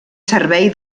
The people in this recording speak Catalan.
servei